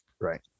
Right